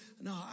no